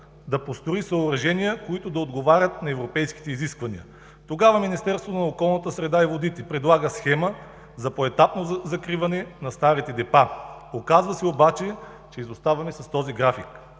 да построи съоръжения, които да отговарят на европейските изисквания. Тогава Министерството на околната среда и водите предлага схема за поетапно закриване на старите депа. Оказва се обаче, че изоставаме с този график.